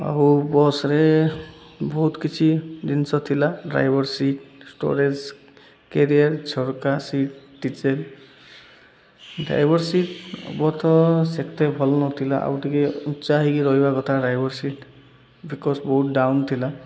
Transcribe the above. ଆଉ ବସ୍ରେ ବହୁତ କିଛି ଜିନିଷ ଥିଲା ଡ୍ରାଇଭର୍ ସିଟ୍ ଷ୍ଟୋରେଜ୍ କେରିୟର ଝରକା seat teacher driver seat both ସେତେ ଭଲ ନଥିଲା ଆଉ ଟିକେ ଉଞ୍ଚା ହେଇକି ରହିବା କଥା ଡ୍ରାଇଭର୍ ସିଟ୍ ବିକଜ୍ ବହୁତ ଡାଉନ୍ ଥିଲା